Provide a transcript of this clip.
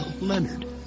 Leonard